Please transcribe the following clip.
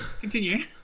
Continue